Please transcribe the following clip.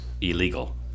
illegal